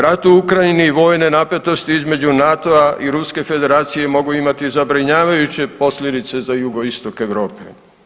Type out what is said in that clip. Rat u Ukrajini i vojne napetosti između NATO-a i Ruske Federacije mogu imati zabrinjavajuće posljedice za Jugoistok Europe.